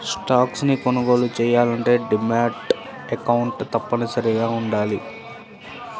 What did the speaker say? stocks ని కొనుగోలు చెయ్యాలంటే డీమాట్ అకౌంట్ తప్పనిసరిగా వుండాలి